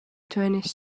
twenty